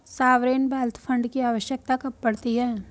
Sovereign wealth fund की आवश्यकता कब पड़ती है?